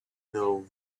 know